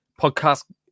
podcast